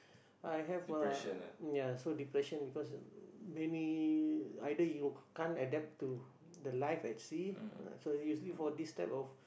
I have uh ya so depression because many either you can't adapt to the life at sea uh so usually for this type of